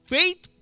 Faith